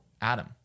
Adam